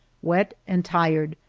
wet and tired,